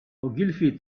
ogilvy